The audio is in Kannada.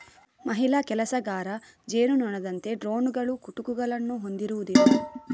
ಮಹಿಳಾ ಕೆಲಸಗಾರ ಜೇನುನೊಣದಂತೆ ಡ್ರೋನುಗಳು ಕುಟುಕುಗಳನ್ನು ಹೊಂದಿರುವುದಿಲ್ಲ